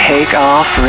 Takeoff